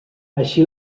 així